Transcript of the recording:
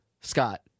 Scott